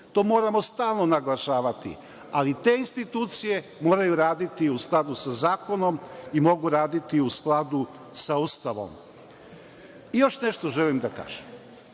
To moramo stalno naglašavati, ali te institucije moraju raditi u skladu sa zakonom i mogu raditi i u skladu sa Ustavom. Još nešto želim da kažem.